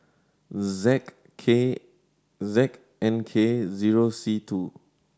Z K Z N K zero C two